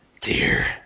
Dear